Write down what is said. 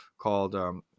called